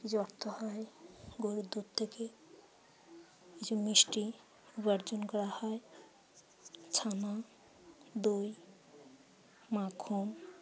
যে অর্থ হয় গরুর দুধ থেকে কিছু মিষ্টি উপার্জন করা হয় ছানা দই মাখন